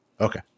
Okay